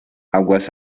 aguas